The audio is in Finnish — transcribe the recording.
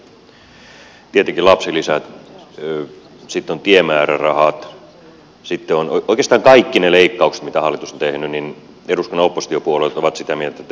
tietenkin on lapsilisät sitten on tiemäärärahat oikeastaan kaikista niistä leikkauksista mitä hallitus on tehnyt eduskunnan oppositiopuolueet ovat sitä mieltä että ei saa tehdä